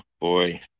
boy